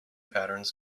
patterns